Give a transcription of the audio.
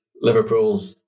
Liverpool